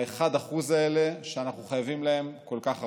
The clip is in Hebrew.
ה-1% האלה, שאנחנו חייבים להם כל כך הרבה.